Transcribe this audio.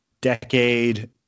decade